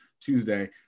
Tuesday